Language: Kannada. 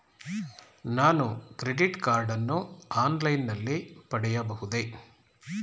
ನಾನು ಕ್ರೆಡಿಟ್ ಕಾರ್ಡ್ ಅನ್ನು ಆನ್ಲೈನ್ ನಲ್ಲಿ ಪಡೆಯಬಹುದೇ?